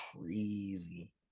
crazy